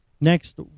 Next